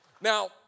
Now